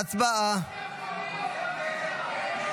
ההצעה להעביר לוועדה